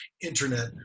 internet